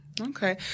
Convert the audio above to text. Okay